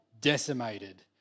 decimated